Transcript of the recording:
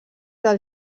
del